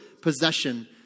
possession